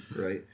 right